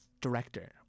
director